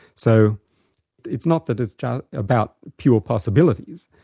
so it's not the disjunct about pure possibilities,